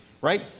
right